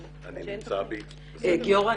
גיורא,